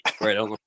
Right